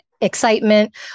Excitement